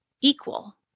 equal